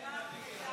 זה נראה כמו פרידה.